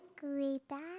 Goodbye